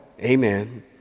amen